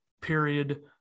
period